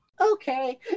okay